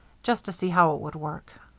just to see how it would work.